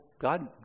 God